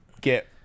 get